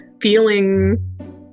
feeling